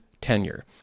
tenure